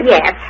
Yes